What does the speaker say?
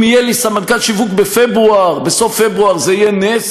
אם יהיה לי סמנכ"ל שיווק בסוף פברואר זה יהיה נס.